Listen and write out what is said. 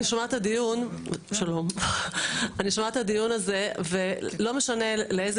אני שומעת את הדיון הזה ולא משנה לאיזה